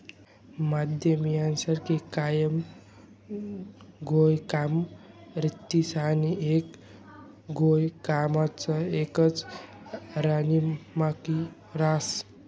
मधमाख्या कायम घोयकामा रातीस आणि एक घोयकामा एकच राणीमाखी रहास